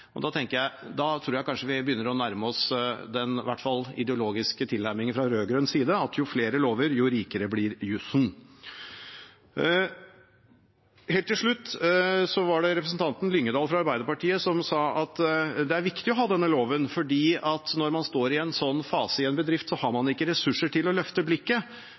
Da tror jeg kanskje vi begynner å nærme oss den ideologiske tilnærmingen fra rød-grønn side at jo flere lover jo rikere blir jussen. Helt til slutt: Representanten Lyngedal fra Arbeiderpartiet sa at det er viktig å ha denne loven, for når man står i en slik fase i en bedrift, har man ikke ressurser til å løfte blikket,